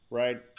right